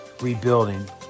rebuilding